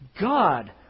God